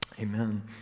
Amen